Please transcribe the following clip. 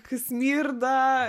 kai smirda